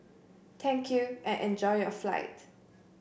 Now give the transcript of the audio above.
thank you and enjoy your flight